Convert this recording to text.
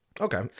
okay